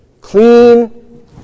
clean